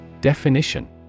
Definition